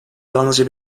yalnızca